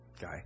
guy